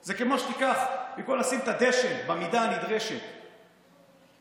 זה כמו שבמקום לשים את הדשן במידה הנדרשת לצמחים,